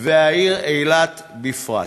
מתפקדת בהם, והעיר אילת בפרט.